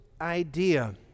idea